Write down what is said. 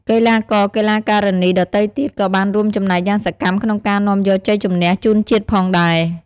កីឡាករ-កីឡាការិនីដទៃទៀត ក៏បានរួមចំណែកយ៉ាងសកម្មក្នុងការនាំយកជ័យជម្នះជូនជាតិផងដែរ។